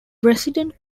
resident